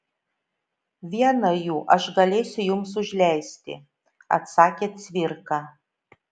vieną jų aš galėsiu jums užleisti atsakė cvirka